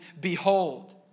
Behold